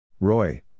Roy